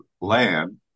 land